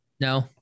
No